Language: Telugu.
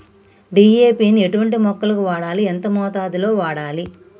డీ.ఏ.పి ని ఎటువంటి మొక్కలకు వాడాలి? ఎంత మోతాదులో వాడాలి?